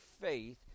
faith